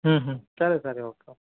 సరే సరే ఓకే